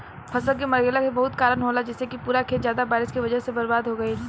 फसल के मरईला के बहुत कारन होला जइसे कि पूरा खेत ज्यादा बारिश के वजह से बर्बाद हो गईल